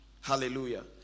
Hallelujah